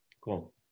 Cool